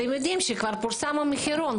אתם יודעים שכבר פורסם המחירון,